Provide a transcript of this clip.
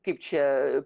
kaip čia